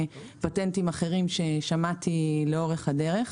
פטנטים אחרים ששמעתי עליהם לאורך הדרך.